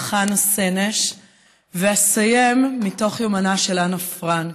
חנה סנש ואסיים מתוך יומנה של אנה פרנק.